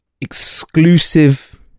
Exclusive